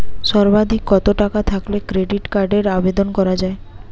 সর্বাধিক কত টাকা থাকলে ক্রেডিট কার্ডের আবেদন করা য়ায়?